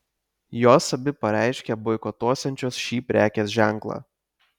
jos abi pareiškė boikotuosiančios šį prekės ženklą